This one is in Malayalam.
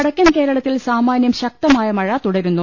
വടക്കൻകേരളത്തിൽ സാമാന്യം ശക്തമായ മഴ തുടരുന്നു